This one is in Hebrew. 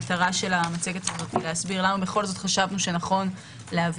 מטרת המצגת היא להסביר למה בכל זאת חשבנו שנכון להביא